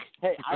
Hey